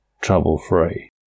trouble-free